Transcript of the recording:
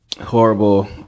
horrible